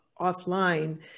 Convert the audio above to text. offline